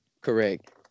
correct